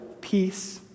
peace